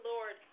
Lord